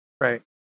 right